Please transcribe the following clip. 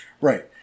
right